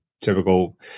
typical